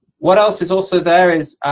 what else is also there is,